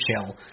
chill